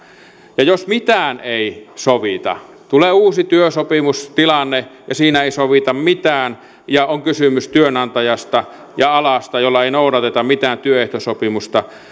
ja jos mitään ei sovita tulee uusi työsopimustilanne ja siinä ei sovita mitään ja on kysymys työnantajasta ja alasta jolla ei noudateta mitään työehtosopimusta